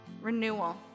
Renewal